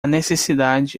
necessidade